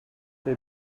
they